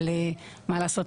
אבל מה לעשות,